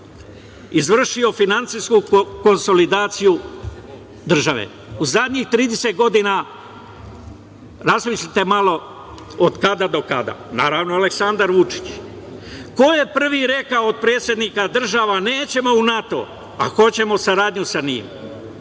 izvršio finansijsku konsolidaciju države? U zadnjih 30 godina, razmislite malo od kada do kada. Naravno, Aleksandra Vučić. Ko je prvi rekao od predsednika država – nećemo u NATO, a hoćemo saradnju sa njim?